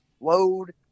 load